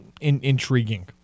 intriguing